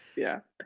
yeah.